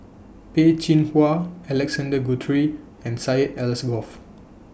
Peh Chin Hua Alexander Guthrie and Syed Alsagoff